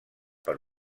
per